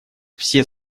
все